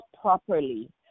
properly